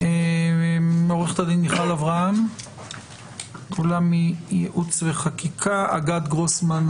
את החקיקה הקיימת בתחום הגנת הפרטיות.